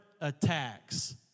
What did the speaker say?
attacks